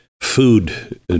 food